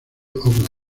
auckland